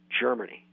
Germany